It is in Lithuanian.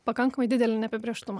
pakankamai didelį neapibrėžtumą